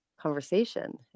conversation